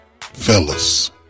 Fellas